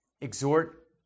exhort